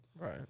Right